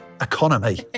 economy